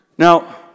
Now